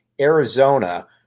Arizona